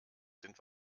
sind